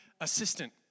assistant